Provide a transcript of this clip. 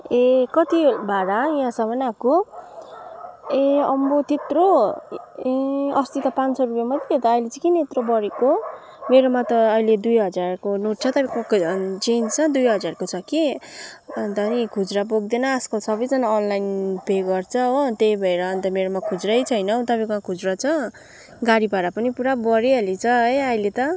ए कति भाडा यहाँसम्म आएको ए आम्मै हो त्यत्रो ए अस्ति त पाँच सौ रुपियाँ मात्रै थियो त अहिले चाहिँ किन यत्रो बढेको मेरोमा त अहिले दुई हजारको नोट छ तपाईँकोमा चेन्ज छ दुई हजारको छ कि अन्त नि खुजरा बोक्दैन आजकल सबैजना अनलाइन पे गर्छ हो त्यही भएर अन्त मेरोमा खुजरै छैन हौ तपाईँकोमा खुजरा छ गाडी भाडा पनि पुरा बढिहालेछ है अहिले त